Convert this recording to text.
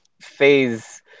phase